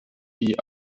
wie